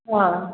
हाँ